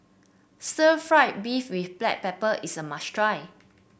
stir fry beef with Black Pepper is a must try